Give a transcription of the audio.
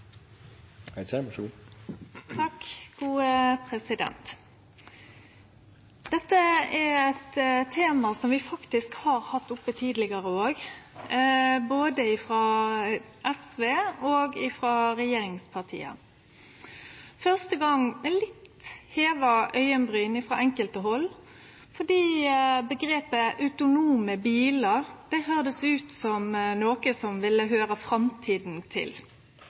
Dette er eit tema som vi faktisk har hatt oppe tidlegare, frå både SV og regjeringspartia – den første gongen med litt heva augebryn frå enkelte hald fordi omgrepet autonome bilar høyrdest ut som noko som høyrde framtida til.